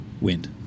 Wind